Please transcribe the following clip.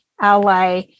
ally